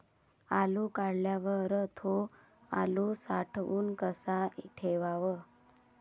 आलू काढल्यावर थो आलू साठवून कसा ठेवाव?